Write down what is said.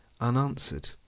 unanswered